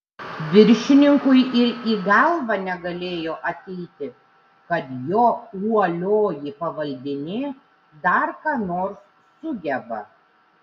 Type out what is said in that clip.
viršininkui ir į galvą negalėjo ateiti kad jo uolioji pavaldinė dar ką nors sugeba